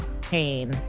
pain